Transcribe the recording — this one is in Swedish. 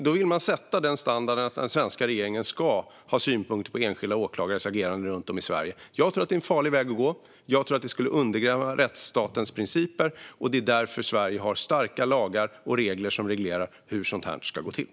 Då vill man sätta standarden att den svenska regeringen ska ha synpunkter på enskilda åklagares agerande runt om i Sverige. Jag tror att det är en farlig väg att gå. Jag tror att det skulle undergräva rättsstatens principer. Det är därför Sverige har starka lagar och regler som reglerar hur sådant här ska gå till.